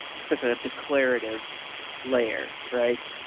it's like a declarative layer, right?